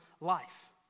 life